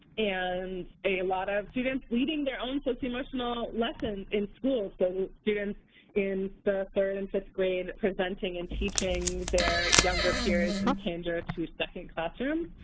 and a lot of students leading their own socio-emotional lessons in schools, and so students in the third and fifth grade presenting and teaching their younger peers in kinder to second classroom.